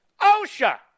OSHA